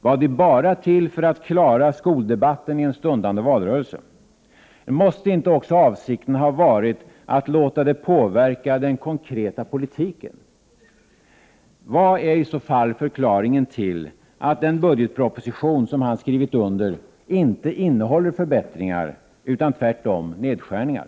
Var löftena bara till för att klara skoldebatten i en stundande valrörelse? Måste inte avsikten också varit att också låta det påverka den konkreta politiken? Vad är i så fall förklaringen till att den budgetproposition som har Prot. 1988/89:59 skrivits under inte innehåller förbättringar utan tvärtom nedskärningar?